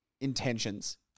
intentions